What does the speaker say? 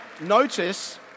notice